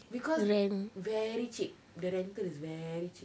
because very cheap the rental is very cheap